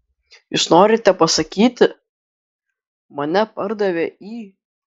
jūs norite pasakyti mane pardavė į